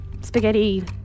Spaghetti